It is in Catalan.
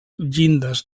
llindes